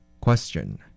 Question